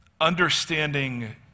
understanding